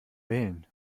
wählen